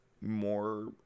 more